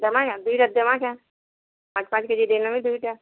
ଦେମା କେଁ ଦୁଇଟା ଦେମା କେଁ ପାଞ୍ଚ ପାଞ୍ଚ କେଜି ଦେଇନେବି ଦୁଇଟା